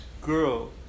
girl